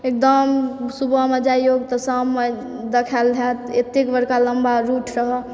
एकदम सुबहमे जइयौ तऽ शाममे देखायल हैत एतेक बड़का लम्बा रूट रहऽ